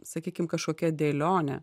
sakykim kažkokia dėlionė